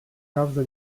causa